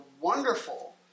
wonderful